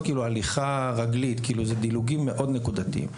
ההליכה הרגלית אסורה וזה מאושר רק בדילוגים מאוד נקודתיים,